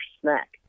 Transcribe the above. snack